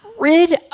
rid